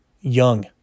Young